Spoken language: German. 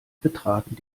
betraten